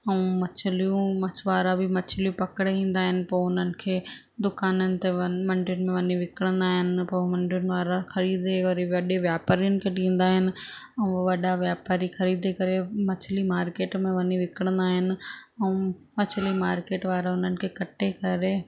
ऐं मछिलियूं मछिवारा बि मछिलियूं पकिड़े ईन्दा आहिनि पोइ हुननि खे दुकाननि व मंडियुनि में वञी विकिणंदा आहिनि पोइ मंडियुनि वारा ख़रीदे करे वॾे व्यापारियुनि खे ॾींदा आहिनि ऐं हू वॾा व्यापारी ख़रीदे करे मछली मार्केट में वञी विकिणंदा आहिनि ऐं मछ्ली मारकेट वारा उन्हनि खे कटे करे